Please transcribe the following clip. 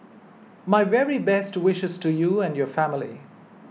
my very best wishes to you and your family